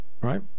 right